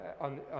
on